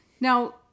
Now